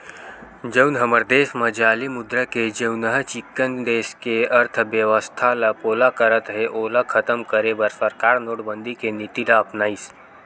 जउन हमर देस म जाली मुद्रा हे जउनहा चिक्कन देस के अर्थबेवस्था ल पोला करत हे ओला खतम करे बर सरकार नोटबंदी के नीति ल अपनाइस